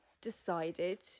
decided